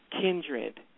kindred